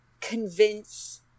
convince